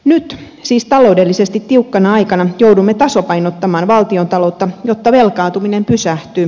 nyt siis taloudellisesti tiukkana aikana joudumme tasapainottamaan valtiontaloutta jotta velkaantuminen pysähtyy